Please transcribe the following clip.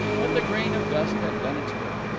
but the grain of dust had done its work.